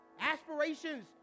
aspirations